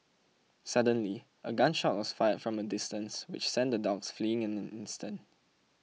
suddenly a gun shot was fired from a distance which sent the dogs fleeing in an instant